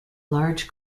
large